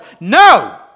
No